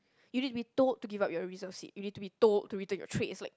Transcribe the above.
you need to be told to give up your reserve seat you need to be told to return your trays is like